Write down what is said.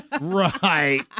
Right